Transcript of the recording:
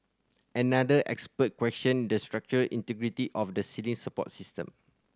another expert questioned the structural integrity of the ceiling support system